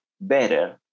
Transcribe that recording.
better